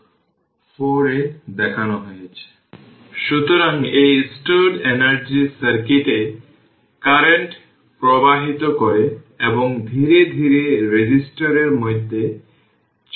আমি বলতে চাচ্ছি যদি τ 2 রেসপন্স ধীর হয় যখন τ 1 τ 2 এর চেয়ে অনেক দ্রুত যদি τ আরও কমে রেসপন্স আরও দ্রুত হয়ে যাবে